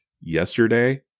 yesterday